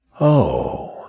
Oh